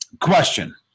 question